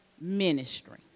ministry